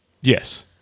Yes